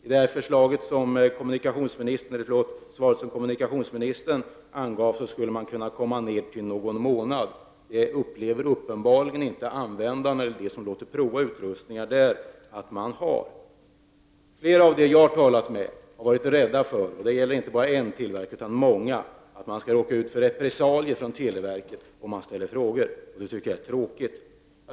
I det svar som kommunikationsministern lämnade angavs att man skulle kunna komma ner till en väntetid på någon månad. De som låter prova utrustningar upplever uppenbarligen inte att man har sådana väntetider. Flera av dem som jag har talat med — och det gäller inte bara en tillverkare utan många — har varit rädda för att de skall råka ut för repressalier från televerket om de ställer frågor, och det tycker jag är tråkigt.